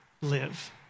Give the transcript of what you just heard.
live